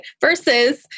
Versus